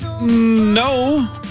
No